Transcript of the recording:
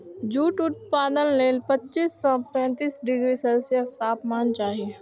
jute उत्पादन लेल पच्चीस सं पैंतीस डिग्री सेल्सियस तापमान चाही